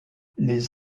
les